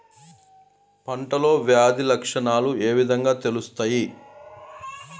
పంటలో వ్యాధి లక్షణాలు ఏ విధంగా తెలుస్తయి?